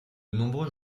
nombreux